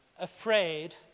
afraid